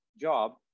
job